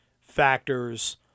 factors